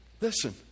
Listen